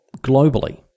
globally